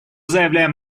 заявляем